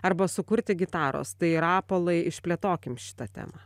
arba sukurti gitaros tai rapolai išplėtokim šitą temą